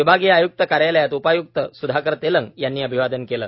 विभागीय आय्क्त कार्यालयात उपाय्क्त महसूल सुधाकर तेलंग यांनी अभिवादन केले